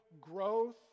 growth